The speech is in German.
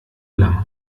lang